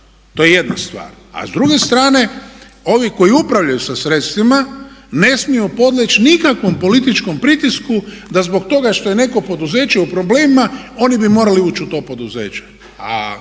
to je jedna stvar. A s druge strane ovi koji upravljaju sa sredstvima ne smiju podleći nikakvom političkom pritisku da zbog toga što je neko poduzeće u problemima oni bi morali ući u to poduzeće.